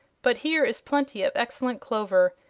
but here is plenty of excellent clover,